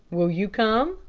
will you come?